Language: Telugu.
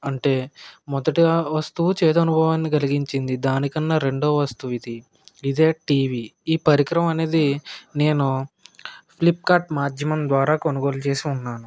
అంటే మొదట వస్తువు చేదు అనుభవాన్ని కలిగించింది దానికన్నా రెండో వస్తువిది ఇదే టీవీ ఈ పరికరం అనేది నేను ఫ్లిప్కార్ట్ మాధ్యమం ద్వారా కొనుగోలు చేసి ఉన్నాను